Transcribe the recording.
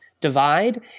divide